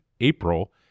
April